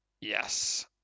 Yes